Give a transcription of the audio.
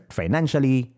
financially